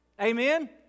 Amen